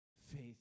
Faith